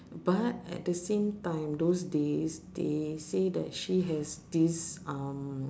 but at the same time those days they say that she has this um